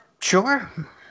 sure